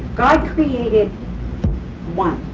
god created one,